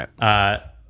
Right